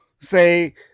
say